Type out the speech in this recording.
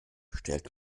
stellt